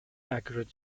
accurate